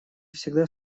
всегда